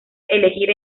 elegir